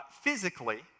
physically